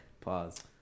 pause